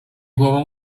głową